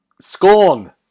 Scorn